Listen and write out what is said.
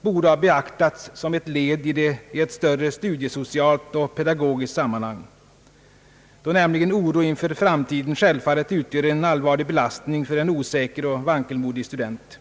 borde ha beaktats som ett led i ett större studiesocialt och pedagogiskt sammanhang, då nämligen oro inför framtiden självfallet utgör en allvarlig belastning för en osäker och vankelmodig student.